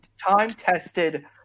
time-tested